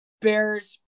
Bears